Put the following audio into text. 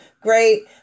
great